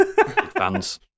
Fans